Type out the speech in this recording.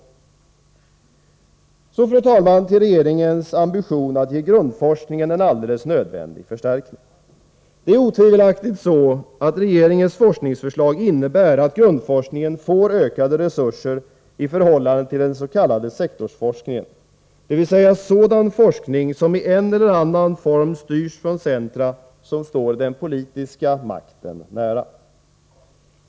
Jag skall övergå till att tala om regeringens ambition att ge grundforskningen en förstärkning. Detta är alldeles nödvändigt. Regeringens forskningsförslag innebär otvivelaktigt att grundforskningen får ökade resurser i förhållande till den s.k. sektorsforskningen, dvs. sådan forskning som i en eller annan form styrs från centra som Står den politiska makten nära.